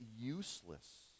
useless